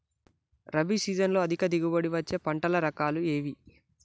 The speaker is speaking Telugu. రబీ సీజన్లో అధిక దిగుబడి వచ్చే పంటల రకాలు ఏవి?